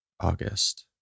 August